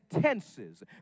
tenses